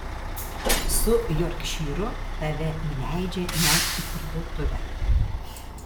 su jorkšyru tave įleidžia net į parduotuvę